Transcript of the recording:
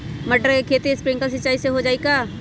मटर के खेती स्प्रिंकलर सिंचाई से हो जाई का?